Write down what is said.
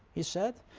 he said,